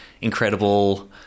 incredible